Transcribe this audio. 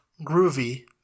Groovy